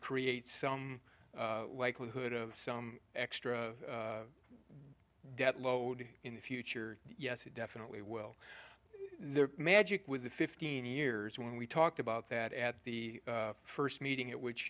create some likelihood of some extra debt load in the future yes it definitely will the magic with the fifteen years when we talked about that at the first meeting at which